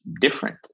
different